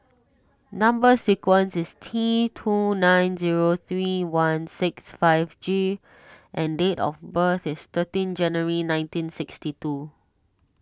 Number Sequence is T two nine zero three one six five G and date of birth is thirteen January nineteen sixtytwo